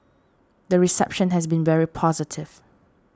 the reception has been very positive